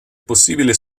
possibile